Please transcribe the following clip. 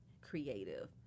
creative